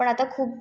पण आता खूप